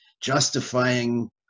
justifying